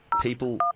people